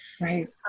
right